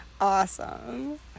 awesome